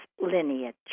lineage